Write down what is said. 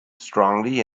strongly